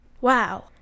Wow